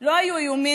לא היה האיומים